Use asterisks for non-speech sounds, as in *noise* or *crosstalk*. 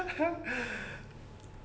*laughs*